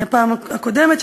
מהפעם הקודמת,